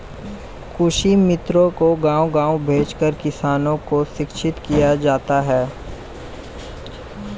कृषि मित्रों को गाँव गाँव भेजकर किसानों को शिक्षित किया जाता है